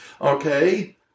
Okay